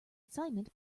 assignment